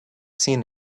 seen